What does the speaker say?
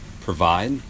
provide